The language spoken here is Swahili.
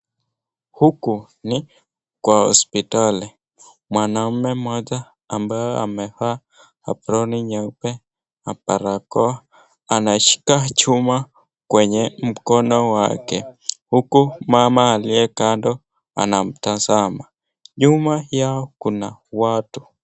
Huku ni kwa hospitali mwanaume mmoja ambaye amevaa aproni nyeupe na barakoa anashika chuma kwenye mkono wake huku mama aliyekando anamtazama, nyuma yao kuna watu.